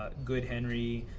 ah good henry.